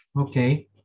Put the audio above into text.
Okay